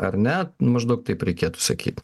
ar ne maždaug taip reikėtų sakyt